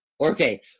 okay